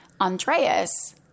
Andreas